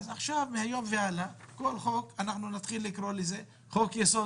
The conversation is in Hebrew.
אז מהיום והלאה לכל חוק נתחיל לקרוא חוק-יסוד